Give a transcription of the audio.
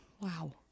wow